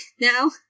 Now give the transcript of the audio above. now